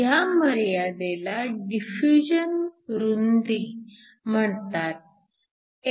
ह्या मर्यादेला डिफ्युजन रुंदी म्हणतात